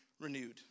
renewed